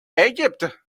egypt